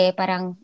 parang